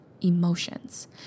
emotions